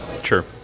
Sure